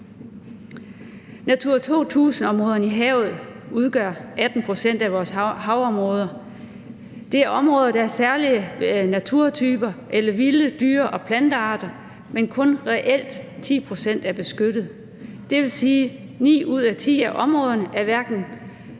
Natura 2000-områderne i havet udgør 18 pct. af vores havområder. Det er områder, der er særlige naturtyper, eller hvor der er vilde dyre- og plantearter, men kun reelt 10 pct. er beskyttet. Det vil sige, at ni ud af ti af områderne ikke